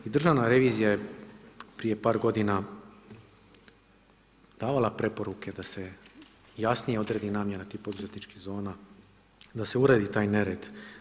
I Državna revizija je prije par godina davala preporuke da se jasnije odredi namjena tih poduzetničkih zona, da se uredi taj nered.